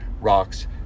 rocks